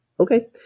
Okay